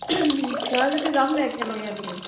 যােৱা যদি যাম দে একেলগে আৰু কি